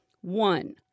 One